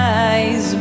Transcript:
eyes